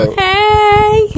hey